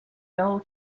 fell